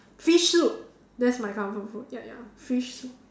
fish soup that's my comfort food ya ya fish soup